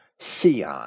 Sion